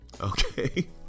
Okay